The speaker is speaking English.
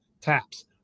taps